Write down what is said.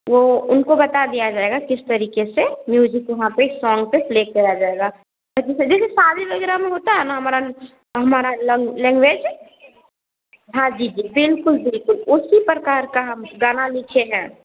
वह उनको बता दिया जाएगा किस तरीके से म्यूजिक वहाँ पर सॉन्ग पर प्ले करा जाएगा जैसे शादी वगैरह में होता है ना हमारा हमारी लंग लैंग्वेज हाँ जी जी बिल्कुल बिल्कुल उसी प्रकार का हम गाना लिखे हैं